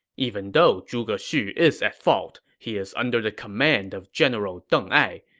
even though zhuge xu is at fault, he is under the command of general deng ai.